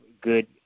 good